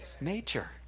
nature